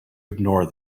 ignore